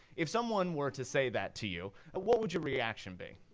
if someone were to say that to you, ah what would your reaction be?